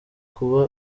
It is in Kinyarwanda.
kuba